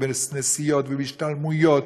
בנסיעות ובהשתלמויות.